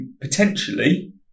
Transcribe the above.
potentially